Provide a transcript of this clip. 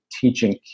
teaching